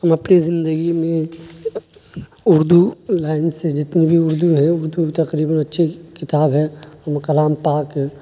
ہم اپنی زندگی میں اردو لائن سے جتنے بھی اردو ہے اردو بھی تقریباً اچھی کتاب ہے قلام پاک